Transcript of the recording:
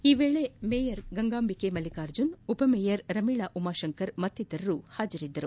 ಈ ವೇಳೆ ಮೇಯರ್ ಗಂಗಾಂಬಿಕೆ ಮಲ್ಲಿಕಾರ್ಜುನ್ ಉಪಮೇಯರ್ ರಮೀಳಾ ಉಮಾಶಂಕರ್ ಮತ್ತಿತರರು ಹಾಜರಿದ್ದರು